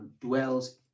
dwells